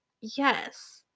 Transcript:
Yes